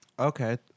Okay